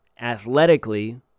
Athletically